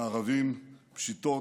מארבים, פשיטות,